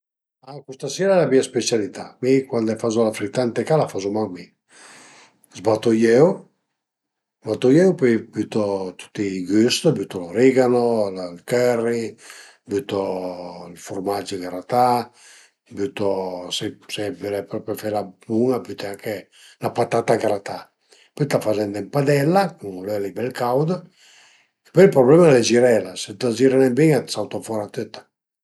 A custa si al e la mia specialità: mi cuand fazu la frità ën ca, la fazu mach mi, zbatu i öu, zbatu i öu, pöi bütu tüti i güst, bütu l'origano, ël curry, bütu ël furmac gratà, se ai për fela bun-a bütu anche 'na patata gratà, pöi t'la faze andé ën padella cun l'öli bel caud, pöi ël prublema al e girela, se t'la gire nen bin a t'sauta fora tüta